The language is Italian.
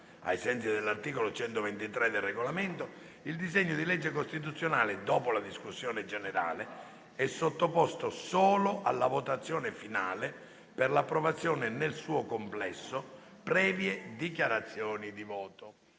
in sede di seconda deliberazione, il disegno di legge costituzionale, dopo la discussione generale, sarà sottoposto solo alla votazione finale per l'approvazione nel suo complesso, previe dichiarazioni di voto.